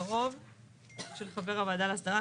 קרוב של חבר הוועדה להסדרה,